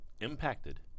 impacted